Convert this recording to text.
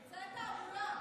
אמצעי תעמולה,